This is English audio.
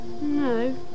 No